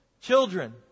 Children